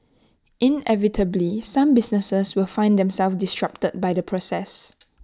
inevitably some businesses will find themselves disrupted by the process